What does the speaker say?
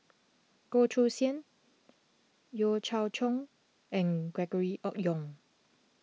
Goh Choo San Yeo Cheow Tong and Gregory Yong